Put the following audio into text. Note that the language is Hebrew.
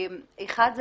האחד,